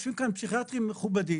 יושבים כאן פסיכיאטרים מכובדים,